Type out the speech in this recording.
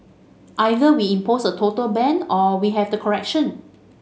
either we impose a total ban or we have to correction